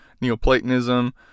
Neoplatonism